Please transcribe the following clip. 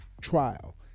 trial